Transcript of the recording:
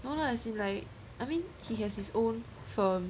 no no as in like I mean he has its own firm